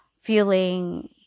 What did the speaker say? feeling